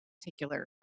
particular